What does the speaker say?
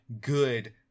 good